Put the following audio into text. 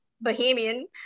bohemian